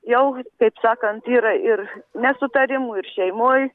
jau taip sakant yra ir nesutarimų ir šeimoj